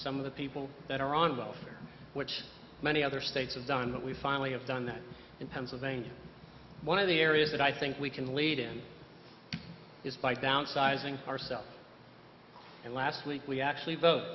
some of the people that are on welfare which many other states have done but we finally have done that in pennsylvania one of the areas that i think we can lead in is by downsizing ourselves and last week we actually vote